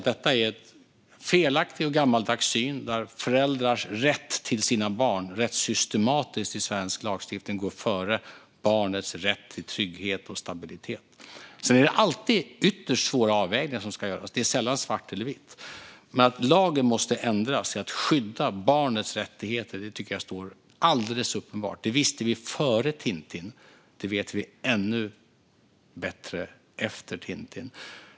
Det är en felaktig och gammaldags syn att föräldrars rätt till sina barn i svensk lagstiftning systematiskt går före barnets rätt till trygghet och stabilitet. Sedan är det alltid ytterst svåra avvägningar som ska göras. Det är sällan svart eller vitt. Att lagen måste ändras till att skydda barnets rättigheter är alldeles uppenbart. Det visste vi före det som hände Tintin. Det vet vi ännu bättre efter det som hände Tintin.